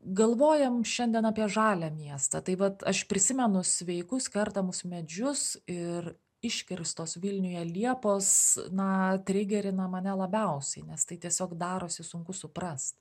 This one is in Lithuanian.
galvojam šiandien apie žalią miestą tai vat aš prisimenu sveikus kertamus medžius ir iškirstos vilniuje liepos na trigerina mane labiausiai nes tai tiesiog darosi sunku suprast